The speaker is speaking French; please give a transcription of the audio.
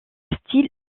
style